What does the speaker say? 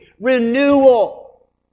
Renewal